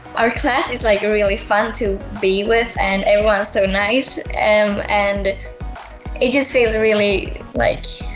our class is like really fun to be with and everyone's so nice. and and it just feels really, like,